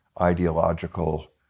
ideological